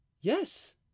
Yes